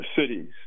cities